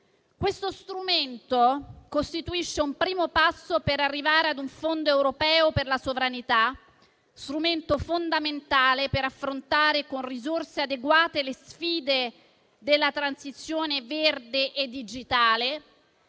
Questo strumento costituisce un primo passo per arrivare ad un Fondo europeo per la sovranità, strumento fondamentale per affrontare con risorse adeguate le sfide della transizione verde e digitale,